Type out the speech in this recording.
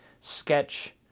Sketch